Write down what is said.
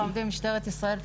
משטרת ישראל,